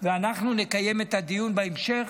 ונקיים דיון בהמשך,